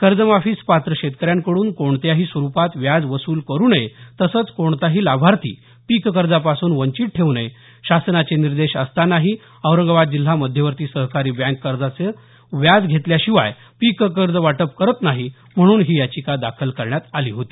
कर्जमाफीस पात्र शेतकऱ्यांकडून कोणत्याही स्वरूपात व्याज वसूल करू नये तसेच कोणताही लाभार्थी पिककर्जापासून वंचित ठेवू नये शासनाचे निर्देश असतानाही औरंगाबाद जिल्हा मध्यवर्ती सहकारी बँक कर्जाचे व्याज घेतल्याशिवाय पिककर्ज वाटप करत नाही म्हणून ही याचिका दाखल करण्यात आली होती